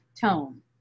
tone